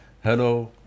hello